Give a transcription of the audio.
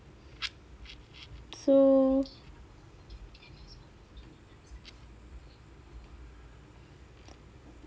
so